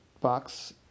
box